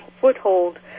foothold